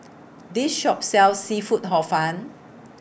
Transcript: This Shop sells Seafood Hor Fun